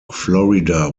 florida